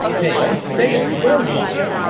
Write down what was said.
dale! dale! the door's locked!